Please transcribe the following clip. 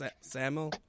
Samuel